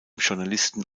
journalisten